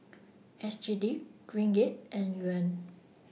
S G D Ringgit and Yuan